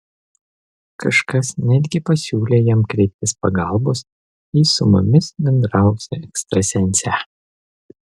kažkas netgi pasiūlė jam kreiptis pagalbos į su mumis bendravusią ekstrasensę